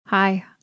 Hi